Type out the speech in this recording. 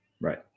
right